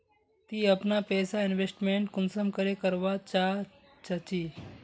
ती अपना पैसा इन्वेस्टमेंट कुंसम करे करवा चाँ चची?